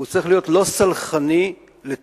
הוא צריך להיות לא סלחני לטעויות,